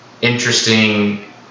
interesting